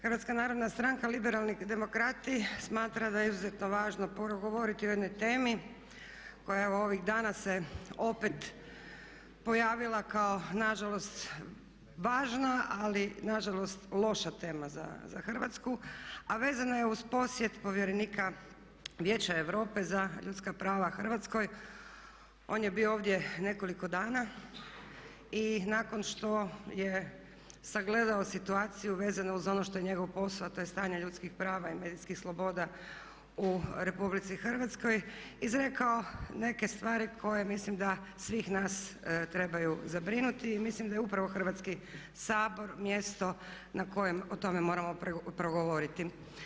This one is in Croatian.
Hrvatska narodna stranka, Liberalni demokrati smatra da je izuzetno važno progovoriti o jednoj temi koja evo ovih dana se opet pojavila kao nažalost važna ali nažalost loša tema za Hrvatsku a vezana je uz posjed povjerenika Vijeća Europe za ljudska prava u Hrvatskoj, on je bio ovdje nekoliko dana i nakon što je sagledao situaciju vezano uz ono što je njegov posao a to je stanje ljudskih prava i medijskih sloboda u RH izrekao neke stvari koje mislim da svih nas trebaju zabrinuti i mislim da je upravo Hrvatski sabor mjesto na kojem o tome moramo progovoriti.